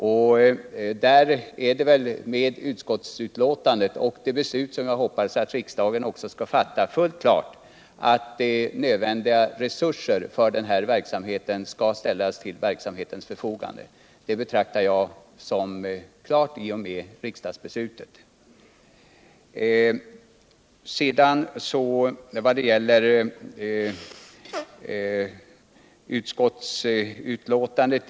Här är det väl helt klart — med tanke på utskottsbetänkandet och det beslut som jag också hoppas riksdagen kommer att fatta — att nödvändiga resurser kommer att ställas till förfogande. I och med riksdagsbeslutet anser jag alltså att detta står klart.